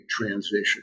transition